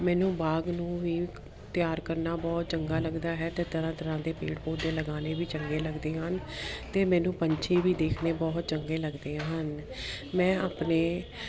ਮੈਨੂੰ ਬਾਗ ਨੂੰ ਵੀ ਤਿਆਰ ਕਰਨਾ ਬਹੁਤ ਚੰਗਾ ਲੱਗਦਾ ਹੈ ਅਤੇ ਤਰ੍ਹਾਂ ਤਰ੍ਹਾਂ ਦੇ ਪੇੜ ਪੌਦੇ ਲਗਾਉਣੇ ਵੀ ਚੰਗੇ ਲੱਗਦੇ ਹਨ ਅਤੇ ਮੈਨੂੰ ਪੰਛੀ ਵੀ ਦੇਖਣੇ ਬਹੁਤ ਚੰਗੇ ਲੱਗਦੇ ਹਨ ਮੈਂ ਆਪਣੇ